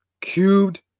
cubed